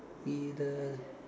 he the